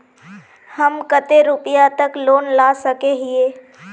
हम कते रुपया तक लोन ला सके हिये?